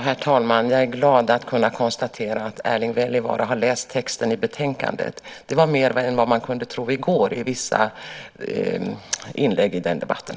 Herr talman! Jag är glad åt att kunna konstatera att Erling Wälivaara har läst texten i betänkandet. Det var mer än vad man kunde tro i går av vissa inlägg i den debatten.